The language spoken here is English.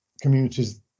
communities